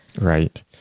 Right